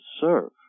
serve